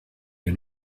you